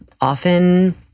often